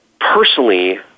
personally